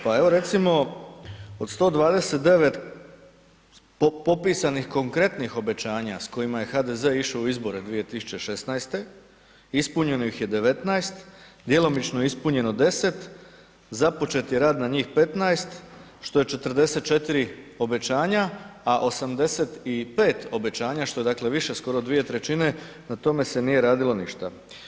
Pa evo recimo od 129 popisan konkretnih obećanja s kojima je HDZ išao u izbore 2016. ispunjeno ih je 19, djelomično ispunjeno 10, započeti rad na njih 15, što je 44 obećanja, a 85 obećanja što je dakle više skoro od 2/3 na tome se nije radilo ništa.